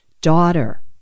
daughter